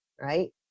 Right